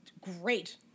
great